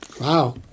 Wow